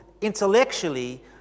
intellectually